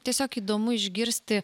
tiesiog įdomu išgirsti